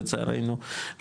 לצערנו,